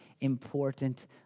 important